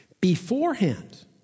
beforehand